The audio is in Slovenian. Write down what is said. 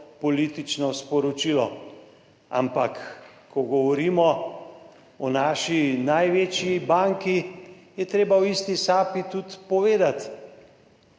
politično sporočilo. Ampak ko govorimo o naši največji banki, je treba v isti sapi tudi povedati,